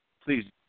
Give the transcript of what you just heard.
please